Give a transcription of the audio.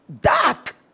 Dark